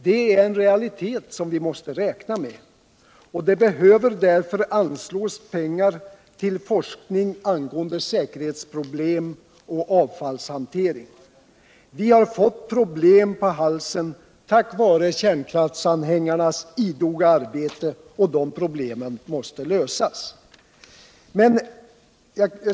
Det är en realitet som vi måste räkna med — och det behövs dirför anslås pengar till forskning angående säkerhetsproblem och avfallshantering. Vi har fått problem på halsen på grund av kärnkraftsanhängarnas idoga arbete - och de problemen måste lösas.